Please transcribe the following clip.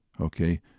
Okay